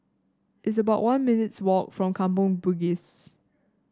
it's about one minutes' walk from Kampong Bugis